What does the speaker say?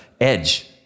edge